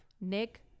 Nick